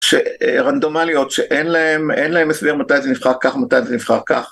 שרנדומליות שאין להן הסבר מתי זה נבחר כך מתי זה נבחר כך